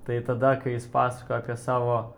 tai tada kai jis pasakojo apie savo